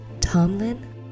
Tomlin